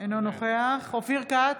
אינו נוכח אופיר כץ,